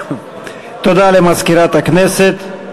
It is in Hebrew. תודה למזכירת הכנסת.